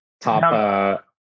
top